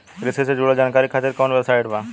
कृषि से जुड़ल जानकारी खातिर कोवन वेबसाइट बा?